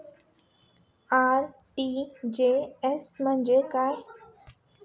RTGS म्हणजे काय?